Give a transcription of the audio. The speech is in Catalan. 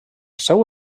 seu